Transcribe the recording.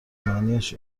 معنیاش